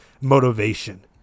motivation